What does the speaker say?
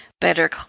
better